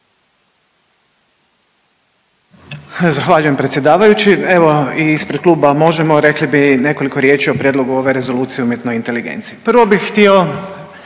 Zahvaljujem predsjedavajući. Evo i ispred kluba Možemo! rekli bi nekoliko riječi o prijedlogu ove rezolucije o umjetnoj inteligenciji. Prvo bih htio